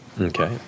Okay